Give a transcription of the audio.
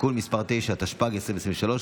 (תיקון מס' 9), התשפ"ג 2023,